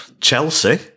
Chelsea